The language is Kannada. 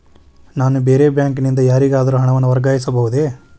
ನಾನು ಬೇರೆ ಬ್ಯಾಂಕ್ ನಿಂದ ಯಾರಿಗಾದರೂ ಹಣವನ್ನು ವರ್ಗಾಯಿಸಬಹುದೇ?